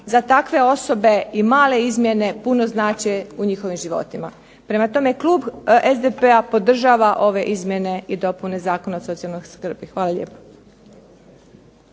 za takve osobe i male izmjene puno znače u njihovim životima. Prema tome klub SDP-a podržava ove izmjene i dopune Zakona o socijalnoj skrbi. Hvala lijepo.